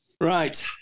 Right